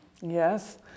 Yes